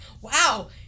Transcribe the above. wow